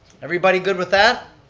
everybody good with that?